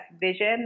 vision